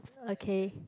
okay